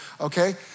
Okay